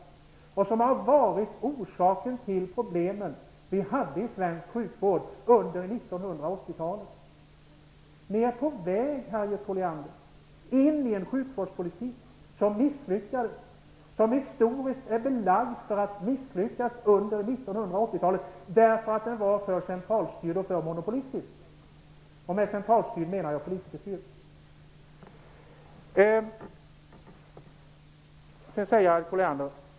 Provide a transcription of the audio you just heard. Just de tänkesätten var orsaken till de problem vi hade i svensk sjukvård under 1980-talet. Ni är på väg in i en sjukvårdspolitik som -- det är historiskt belagt -- misslyckades under 1980-talet, därför att den var för centralstyrd och för monopolistisk. Och med centralstyrd menar jag politikerstyrd.